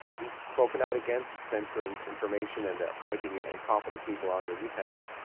he's spoken out against censoring information and appointing incompetent people onto review panels.